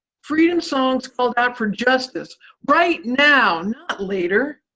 freedom songs called out for justice right now, not later.